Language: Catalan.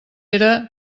era